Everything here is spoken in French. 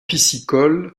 piscicole